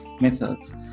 methods